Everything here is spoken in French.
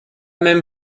même